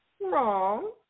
Wrong